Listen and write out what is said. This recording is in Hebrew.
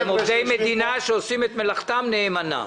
הם עובדי מדינה שעושים את מלאכתם נאמנה.